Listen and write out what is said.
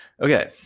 okay